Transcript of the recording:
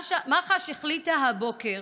מח"ש החליטה הבוקר